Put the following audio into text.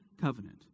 covenant